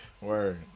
Word